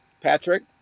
Patrick